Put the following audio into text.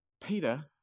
Peter